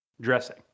Dressing